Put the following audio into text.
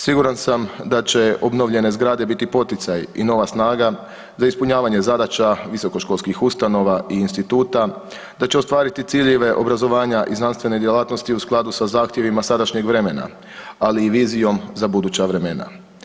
Siguran sam da će obnovljene zgrade biti poticaj i nova snaga za ispunjavanje zadaća visokoškolskih ustanova i instituta, da će ostvariti ciljeve obrazovanja i znanstvene djelatnosti u skladu sa zahtjevima sadašnjeg vremena, ali i vizijom za buduća vremena.